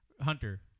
Hunter